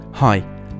Hi